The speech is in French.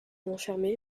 enfermé